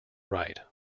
write